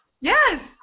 yes